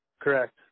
Correct